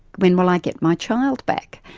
when will i get my child back?